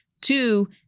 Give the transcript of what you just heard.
Two